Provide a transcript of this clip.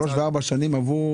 שלוש וארבע שנים עבור